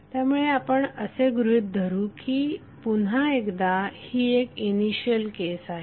त्यामुळे आपण असे गृहीत धरू कीपुन्हा एकदा ही एक इनिशियल केस आहे